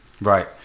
Right